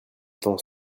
temps